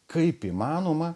kaip įmanoma